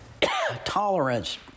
Tolerance